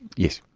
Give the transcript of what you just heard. yes.